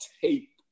tape